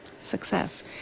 success